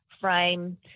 frame